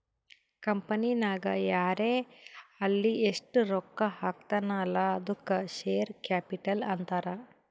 ಕಂಪನಿನಾಗ್ ಯಾರೇ ಆಲ್ಲಿ ಎಸ್ಟ್ ರೊಕ್ಕಾ ಹಾಕ್ತಾನ ಅಲ್ಲಾ ಅದ್ದುಕ ಶೇರ್ ಕ್ಯಾಪಿಟಲ್ ಅಂತಾರ್